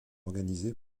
organisés